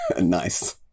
Nice